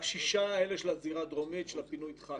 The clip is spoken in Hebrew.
בשישה האלה של הזירה הדרומית, של הפינוי דחק.